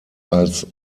als